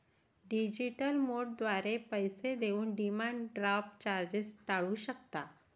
digital मोडद्वारे पैसे देऊन डिमांड ड्राफ्ट चार्जेस टाळू शकता